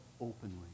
openly